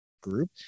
group